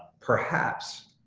perhaps,